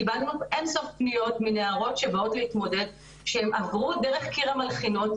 קיבלנו אינסוף פנות מנערות שבאות להתמודד שהן עברו דרך קיר המלחינות,